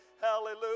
Hallelujah